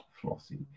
Flossy